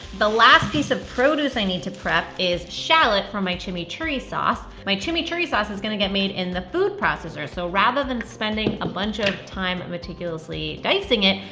the last piece of produce i need to prep is shallot for my chimichurri sauce. my chimichurri sauce and is gonna get made in the food processor, so rather than spending a bunch of time meticulously dicing it,